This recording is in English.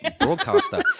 Broadcaster